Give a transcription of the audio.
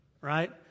Right